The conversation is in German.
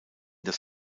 das